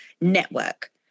network